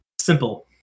Simple